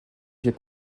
viêt